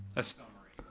a summary.